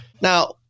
Now